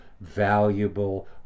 valuable